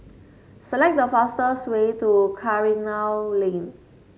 select the fastest way to Karikal Lane